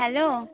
hello